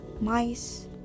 mice